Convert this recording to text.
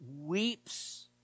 weeps